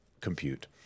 compute